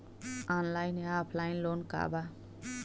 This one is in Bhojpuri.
ऑनलाइन या ऑफलाइन लोन का बा?